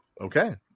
okay